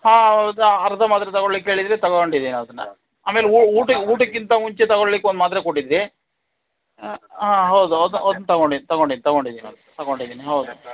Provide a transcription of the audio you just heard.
ಹಾಂ ಹೌದು ಅರ್ಧ ಮಾತ್ರೆ ತಗೊಳ್ಲಿಕ್ಕೆ ಹೇಳಿದ್ದಿರಿ ತಗೊಂಡಿದ್ದೀನಿ ಅದನ್ನು ಆಮೇಲೆ ಊಟ ಊಟಕ್ಕಿಂತ ಮುಂಚೆ ತಗೊಳ್ಲಿಕ್ಕೆ ಒಂದು ಮಾತ್ರೆ ಕೊಟ್ಟಿದ್ದಿರಿ ಹಾಂ ಹೌದು ಅದು ಅದನ್ನ ತಗೊಂಡಿ ತಗೊಂಡಿ ತಗೊಂಡಿದ್ದೀನಿ ಅದು ತಗೊಂಡಿದ್ದೀನಿ ಹೌದು